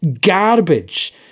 garbage